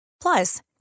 Plus